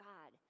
God